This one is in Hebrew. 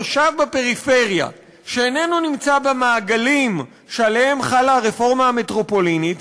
תושב הפריפריה שאינו נמצא במעגלים שעליהם חלה הרפורמה המטרופולינית,